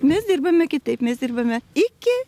mes dirbame kitaip mes dirbame iki